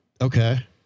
Okay